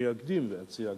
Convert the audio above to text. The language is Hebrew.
אני אקדים ואציע,